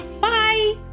Bye